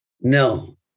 No